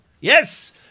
Yes